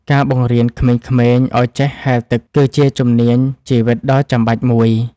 ការបង្រៀនក្មេងៗឱ្យចេះហែលទឹកគឺជាជំនាញជីវិតដ៏ចាំបាច់មួយ។